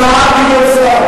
השר גדעון סער.